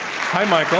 hi, michael.